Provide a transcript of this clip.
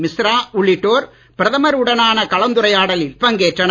மிஸ்ரா உள்ளிட்டோர் பிரதமர் உடனான கலந்துரையாடலில் பங்கேற்றனர்